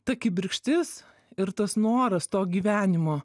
ta kibirkštis ir tas noras to gyvenimo